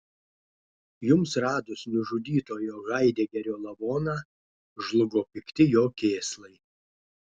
jums radus nužudytojo haidegerio lavoną žlugo pikti jo kėslai